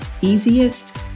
easiest